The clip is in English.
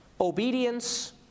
obedience